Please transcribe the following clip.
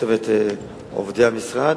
צוות עובדי המשרד.